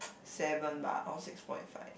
seven bah or six point five